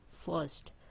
first